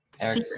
Eric